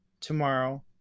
tomorrow